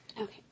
Okay